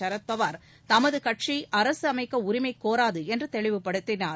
சரத்பவார் தமது கட்சி அரசு அமைக்க உரிமைகோராது என்று தெளிவப்படுத்தினார்